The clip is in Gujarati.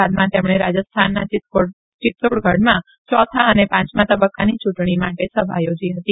બાદમાં તેમણે રા સ્થાનના ચિતોડગઢમાં યોથા ને પાંચમાં તબકકાની યું ણી માતે સભા યોજી હતી